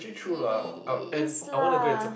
i~ is lah